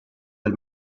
del